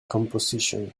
composition